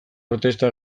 protesta